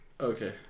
Okay